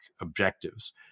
objectives